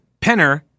Penner